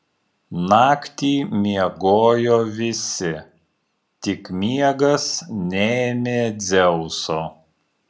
naktį miegojo visi tik miegas neėmė dzeuso